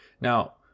Now